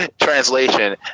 Translation